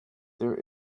there